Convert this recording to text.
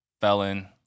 felon